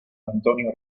antonio